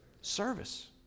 service